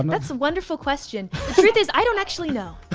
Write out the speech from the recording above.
and that's a wonderful question. the truth is i don't actually know.